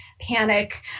panic